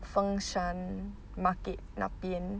fengshan market 那边